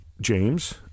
James